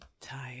Tired